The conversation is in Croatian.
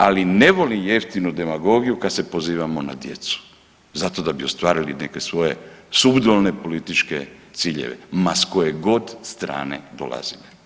Ali ne volim jeftinu demagogiju kada se pozivamo na djecu zato da bi ostvarili neke svoje sulude političke ciljeve ma sa koje god strane dolazili.